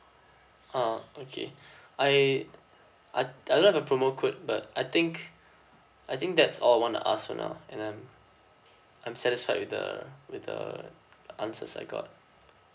a'ah okay I I I don't have the promo code but I think I think that's all I want to ask for now and I'm I'm satisfied with the with the answers I got